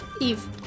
Eve